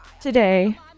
today